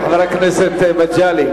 חבר הכנסת מגלי.